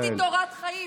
היהדות היא תורת חיים.